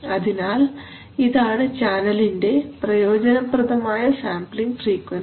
അതിനാൽ ഇതാണ് ചാനലിന്റെ പ്രയോജനപ്രദമായ സാംപ്ലിങ് ഫ്രീക്വൻസി